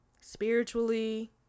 spiritually